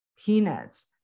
peanuts